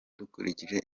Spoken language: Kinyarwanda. dukurikije